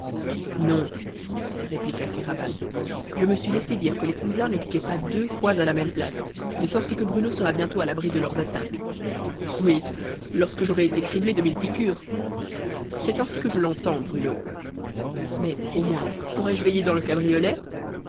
non répliqua kéraban je me suis laissé dire que les cousins ne piquaient pas deux fois à la même place de sorte que bruno sera bientôt à l'abri de leurs attaques oui lorsque j'aurai été criblé de mille piqûres c'est ainsi que je l'entends bruno mais au moins pourrai-je veiller dans le cabriolet